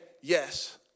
yes